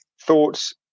Thoughts